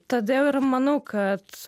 todėl ir manau kad